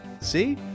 See